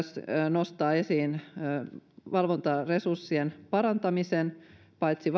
nostaa esiin myös valvontaresurssien parantamisen paitsi